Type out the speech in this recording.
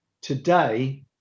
today